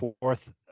fourth